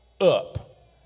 up